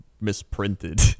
misprinted